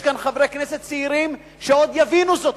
יש כאן חברי כנסת צעירים שעוד יבינו זאת.